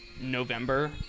November